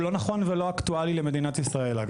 לא נכון ולא אקטואלי למדינת ישראל.